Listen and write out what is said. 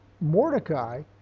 Mordecai